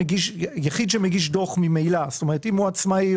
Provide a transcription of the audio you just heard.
שמגיש דו"ח ממילא אם הוא עצמאי,